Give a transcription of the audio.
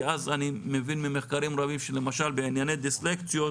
כי אז אני מבין ממחקרים רבים למשל בענייני דיסלקציות,